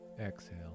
exhale